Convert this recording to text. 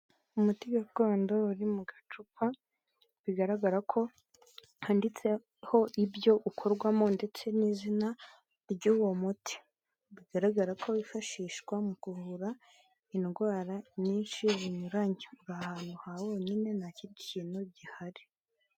Umuti gakondo uri mu gacupa, bigaragara ko handitseho ibyo ukorwamo ndetse n'izina ry'uwo muti. Bigaragara ko wifashishwa mu kuvura indwara nyinshi binyuranye. Uri ahantu ha wonyine, nta kindi kintu gihari.